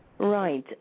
Right